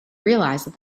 realised